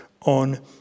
on